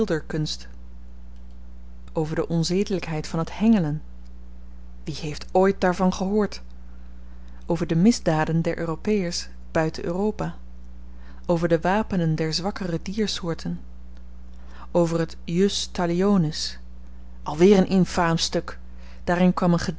over de onzedelykheid van het hengelen wie heeft ooit daarvan gehoord over de misdaden der europeërs buiten europa over de wapenen der zwakkere diersoorten over het jus talionis alweer een infaam stuk daarin kwam een